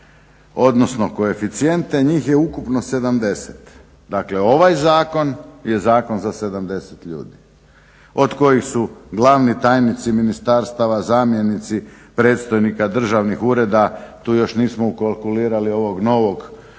odnosno koeficijente njih je ukupno 70. Dakle, ovaj zakon je zakon za 70 ljudi od kojih su glavni tajnici ministarstava, zamjenici predstojnika državnih ureda tu još nismo ukalkulirali ovog novog kojeg